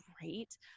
great